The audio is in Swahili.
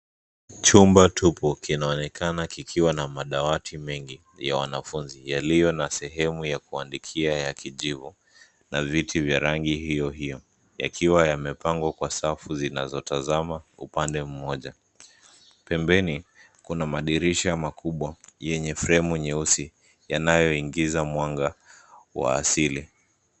Chumba tupu kinaonekana kikiwa na madawati mengi ya wanafunzi yaliyo na sehemu ya kuandikia ya kijivu na viti vya rangi hiyo hiyo yakiwa yamepangwa kwa safu zinazotazama upande mmoja. Pembeni kuna madirisha makubwa yenye fremu nyeusi yanayoingiza mwanga wa asili.